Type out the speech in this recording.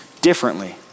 differently